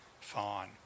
fine